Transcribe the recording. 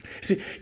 See